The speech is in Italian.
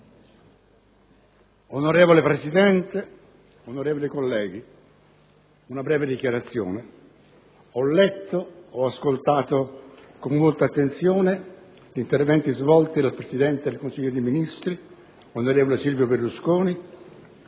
Onorevole Presidente, onorevoli colleghi, svolgerò una breve dichiarazione. Ho letto, ho ascoltato con molta attenzione gli interventi svolti dal presidente del Consiglio dei ministri onorevole Silvio Berlusconi